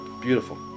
Beautiful